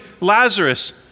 Lazarus